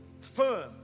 firm